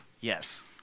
Yes